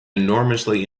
enormously